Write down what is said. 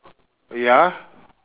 ya